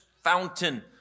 fountain